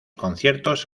conciertos